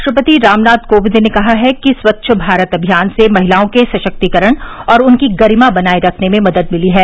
राष्ट्रपति रामनाथ कोविंद ने कहा है कि स्वच्छ भारत अभियान से महिलाओं के सशक्तीकरण और उनकी गरिमा बनाए रखने में मदद मिली है